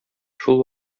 шул